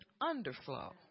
underflow